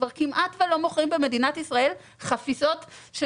כבר כמעט ולא מוכרים במדינת ישראל חפיסות של